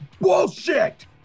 bullshit